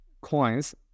coins